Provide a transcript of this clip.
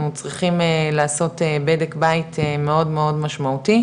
צריכים לעשות בדק בית מאוד משמעותי.